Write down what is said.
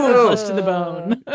close to the bone.